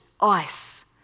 ice